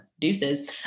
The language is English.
Deuces